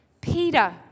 Peter